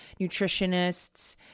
nutritionists